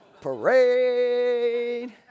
Parade